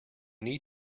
need